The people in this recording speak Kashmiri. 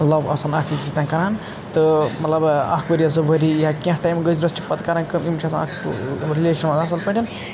لَو آسان اَکھ أکِس سۭتۍ کران تہٕ مَطلَب اَکھ ؤری یا زٕ ؤرِی یا کِینٛہہ ٹایِم گٔژھتھ چھِ پتہٕ کران کٲم یِم یِوان رِلِیٖشنہِ منٛز اَصٕل پٲٹھۍ